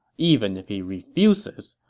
even if he refuses,